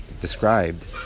described